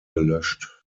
gelöscht